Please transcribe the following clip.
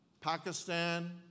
Pakistan